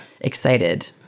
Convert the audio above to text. excited